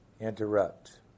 interrupt